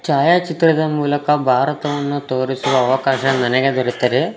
ಛಾಯಾಚಿತ್ರದ ಮೂಲಕ ಭಾರತವನ್ನು ತೋರಿಸುವ ಅವಕಾಶ ನನಗೆ ದೊರೆತರೆ